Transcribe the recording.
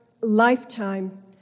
lifetime